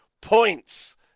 points